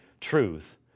truth